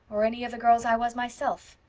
or any of the girls i was myself.